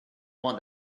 want